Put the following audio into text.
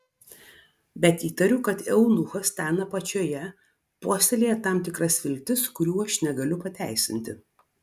bet įtariu kad eunuchas ten apačioje puoselėja tam tikras viltis kurių aš negaliu pateisinti